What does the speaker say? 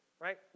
right